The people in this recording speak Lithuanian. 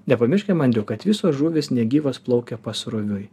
nepamirškim andriau kad visos žuvys negyvos plaukia pasroviui